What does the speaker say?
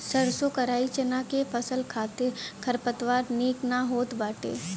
सरसों कराई चना के फसल खातिर खरपतवार निक ना होत बाटे